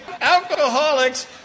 alcoholics